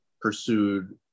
pursued